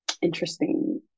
interesting